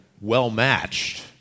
well-matched